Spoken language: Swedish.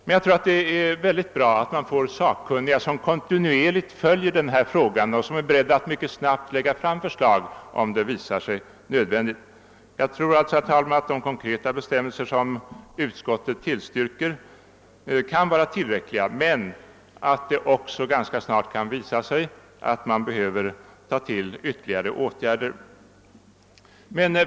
Men jag tror att det är mycket bra, att man får sakkunniga som kontinuerligt följer utvecklingen och som är beredda att mycket snabbt föreslå ytterligare åtgärder, om det visar sig nödvändigt. Jag tror alltså att de konkreta bestämmelser som utskottet tillstyrker kan vara tillräckliga men att det också snart kan bli erforderligt att gå vidare.